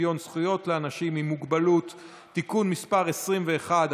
זכויות לאנשים עם מוגבלות (תיקון מס' 21),